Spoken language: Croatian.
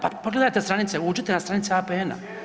Pa pogledajte stranice, uđite na stranice APN-a.